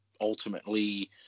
ultimately